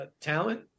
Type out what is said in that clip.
talent